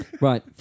Right